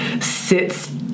sits